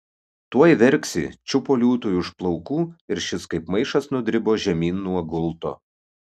tuoj verksi čiupo liūtui už plaukų ir šis kaip maišas nudribo žemyn nuo gulto